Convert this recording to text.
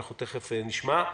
תכף נשמע אותה,